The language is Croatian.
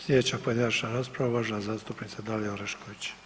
Slijedeća pojedinačna rasprava, uvažena zastupnica Dalija Orešković.